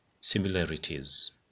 similarities